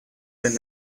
were